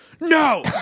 no